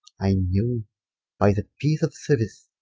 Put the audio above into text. i knew by that peece of seruice,